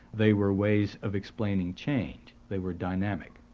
they were ways of explaining change. they were dynamic.